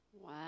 Wow